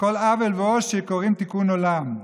לכל עוול ועושק קוראים תיקון עולם.